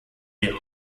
die